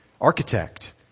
architect